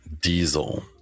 Diesel